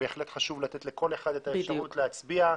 בהחלט חשוב לתת לכל אחד את האפשרות להצביע.